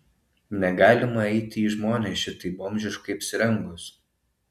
negalima eiti į žmones šitaip bomžiškai apsirengus